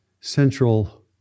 central